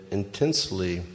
intensely